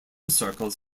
circles